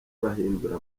bahindura